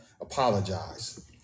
apologize